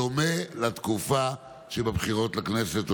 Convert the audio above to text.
בדומה לתקופה שבבחירות לכנסת.